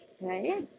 right